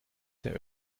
der